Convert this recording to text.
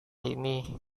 ini